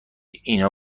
اینا